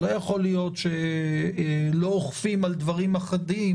לא יכול להיות שלא אוכפים על דברים אחדים